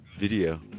video